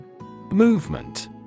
Movement